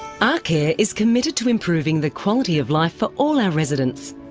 arcare is committed to improving the quality of life for all our residents.